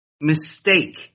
mistake